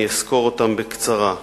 אני אסקור אותן בקצרה: